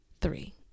three